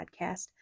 podcast